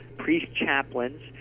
priest-chaplains